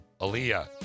Aaliyah